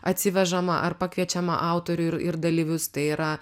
atsivežamą ar pakviečiamą autorių ir ir dalyvius tai yra